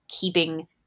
keeping